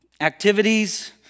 activities